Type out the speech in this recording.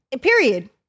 Period